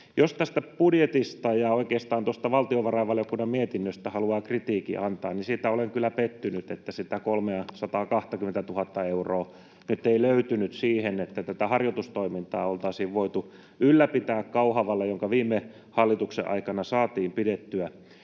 Jos tästä budjetista ja oikeastaan tuosta valtiovarainvaliokunnan mietinnöstä haluaa kritiikin antaa, niin siihen olen kyllä pettynyt, että sitä 320 000:ta euroa ei löytynyt siihen, että oltaisiin voitu ylläpitää Kauhavalla tätä harjoitustoimintaa, joka viime hallituksen aikana saatiin pidettyä.